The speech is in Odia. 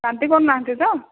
ବାନ୍ତି କରୁ ନାହାନ୍ତି ତ